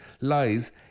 lies